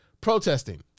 protesting